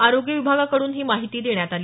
आरोग्य विभागाकडून ही माहिती देण्यात आली